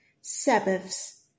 Sabbaths